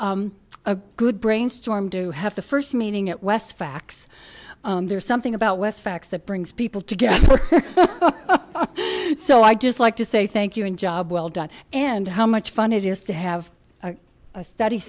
was a good brainstorm to have the first meeting at west facts there's something about west facts that brings people together so i just like to say thank you and job well done and how much fun it is to have a st